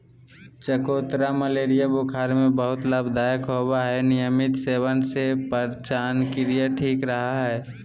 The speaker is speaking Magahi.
चकोतरा मलेरिया बुखार में बहुत लाभदायक होवय हई नियमित सेवन से पाचनक्रिया ठीक रहय हई